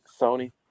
Sony